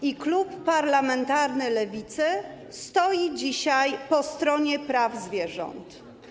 I klub parlamentarny Lewicy stoi dzisiaj po stronie praw zwierząt.